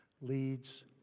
leads